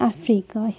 Africa